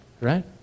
right